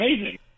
amazing